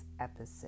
episode